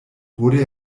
wurde